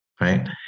right